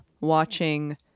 watching